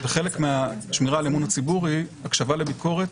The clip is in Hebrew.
חלק מהשמירה על אמון הציבורי היא הקשבה לביקורת